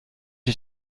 ich